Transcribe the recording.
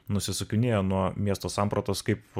nusukinėja nuo miesto sampratos kaip